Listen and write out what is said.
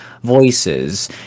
voices